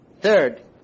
Third